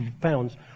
pounds